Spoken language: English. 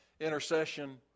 intercession